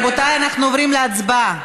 רבותיי, אנחנו עוברים להצבעה.